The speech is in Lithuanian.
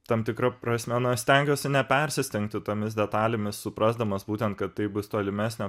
tam tikra prasme stengiuosi nepersistengti tomis detalėmis suprasdamas būtent kad tai bus tolimesnio